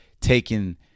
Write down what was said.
taking